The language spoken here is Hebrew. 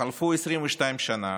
חלפו 22 שנה,